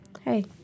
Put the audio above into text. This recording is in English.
hey